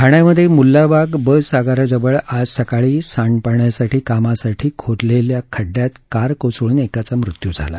ठाण्यात मुल्लाबाग बसआगाराजवळ आज सकाळी सांडपाण्यासाठी कामासाठी खोदलेल्या खड्डयात कार कोसळून एकाचा मृत्यू झाला